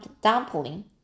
dumpling